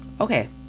Okay